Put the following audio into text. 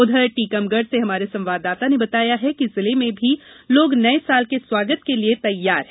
उधर टीकमगढ़ से हमारे संवाददाता ने बताया है कि जिले में भी लोग नये साल के स्वागत के लिये तैयार हैं